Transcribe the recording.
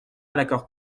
l’accord